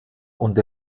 und